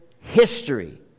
history